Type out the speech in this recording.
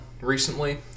recently